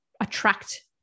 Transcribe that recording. attract